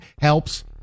helps